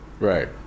right